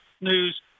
news